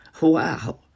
Wow